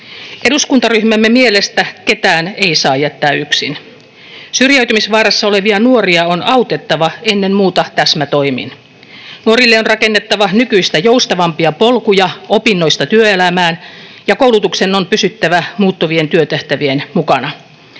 Eduskuntaryhmämme mielestä ketään ei saa jättää yksin. Syrjäytymisvaarassa olevia nuoria on autettava ennen muuta täsmätoimin. Nuorille on rakennettava nykyistä joustavampia polkuja opinnoista työelämään, ja koulutuksen on pysyttävä muuttuvien työtehtävien mukana.